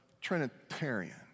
Trinitarian